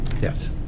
Yes